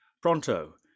pronto